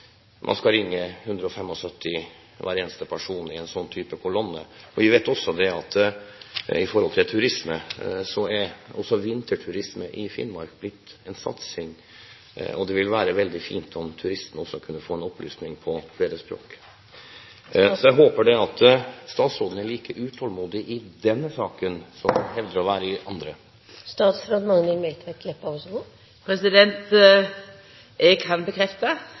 hver eneste person i en sånn kolonne skal ringe 175. Vi vet også – med hensyn til turisme – at vinterturisme i Finnmark er blitt en satsing. Det ville være veldig fint om turistene også kunne få opplysninger på flere språk. Jeg håper at statsråden er like utålmodig i denne saken som hun hevder å være i andre.